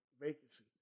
Vacancy